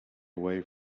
away